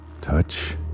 Touch